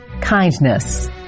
kindness